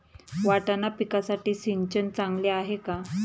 वाटाणा पिकासाठी सिंचन चांगले आहे का?